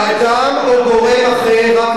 אדם או גורם אחר,